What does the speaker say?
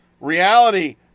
Reality